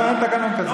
לא, אין תקנון כזה.